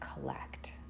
collect